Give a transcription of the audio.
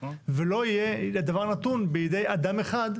ולא יהיה דבר נתון בידי אדם אחד,